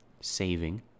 saving